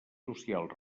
socials